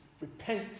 Repent